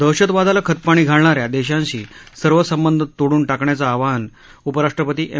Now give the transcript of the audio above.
दहशतवादाला खतपाणी घालणाऱ्या देशांशी सर्व संबंध तोडून टाकण्याचं आवाहन उपराष्ट्रपती एम